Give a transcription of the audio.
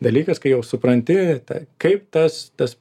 dalykas kai jau supranti tą kaip tas tas